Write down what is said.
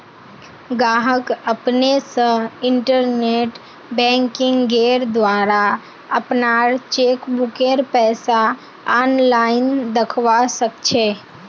गाहक अपने स इंटरनेट बैंकिंगेंर द्वारा अपनार चेकबुकेर पैसा आनलाईन दखवा सखछे